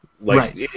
Right